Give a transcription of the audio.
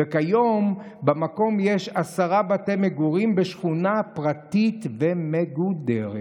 וכיום במקום יש עשרה בתי מגורים בשכונה פרטית ומגודרת.